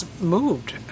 moved